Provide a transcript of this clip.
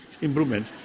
Improvement